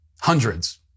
hundreds